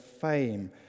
fame